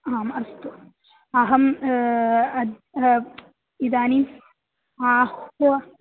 आम् अस्तु अहम् इदानीम् आह्स्तु